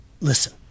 Listen